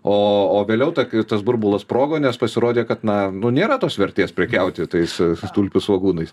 o o vėliau kai tas burbulas sprogo nes pasirodė kad na nėra tos vertės prekiauti tais tulpių svogūnais